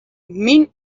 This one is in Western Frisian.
myn